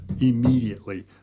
immediately